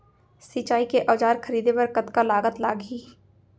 सिंचाई के औजार खरीदे बर कतका लागत लागही?